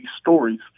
stories